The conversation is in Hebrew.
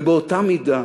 ובאותה מידה